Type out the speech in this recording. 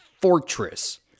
fortress